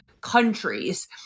countries